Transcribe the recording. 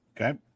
Okay